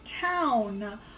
town